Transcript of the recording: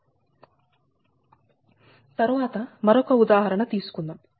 తరువాత మనం మరొక ఉదాహరణ తీసుకుందాం